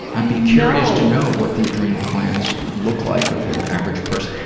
ah be curious to know what the adrenal glands look like of the average person.